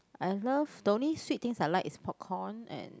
I love the only sweet things I like is popcorn and